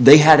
they had a